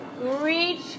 Reach